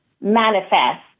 manifest